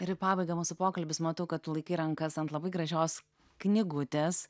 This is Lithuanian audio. ir į pabaigą mūsų pokalbis matau kad tu laikai rankas ant labai gražios knygutės